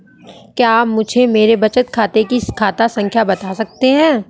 क्या आप मुझे मेरे बचत खाते की खाता संख्या बता सकते हैं?